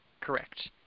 Correct